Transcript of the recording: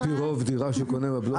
ברפורמה של בנק ישראל כבר קבעו את הכללים,